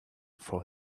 for